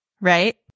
right